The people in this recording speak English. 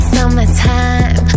Summertime